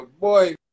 boy